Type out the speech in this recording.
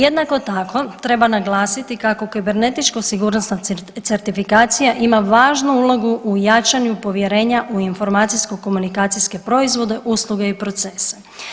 Jednako tako treba naglasiti kako kibernetičko sigurnosna certifikacija ima važnu ulogu u jačanju povjerenja u informacijsko komunikacijske proizvode, usluge i procese.